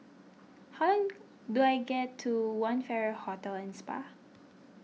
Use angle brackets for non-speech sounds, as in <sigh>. how <hesitation> do I get to one Farrer Hotel and Spa